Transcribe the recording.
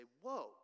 whoa